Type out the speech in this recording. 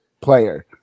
player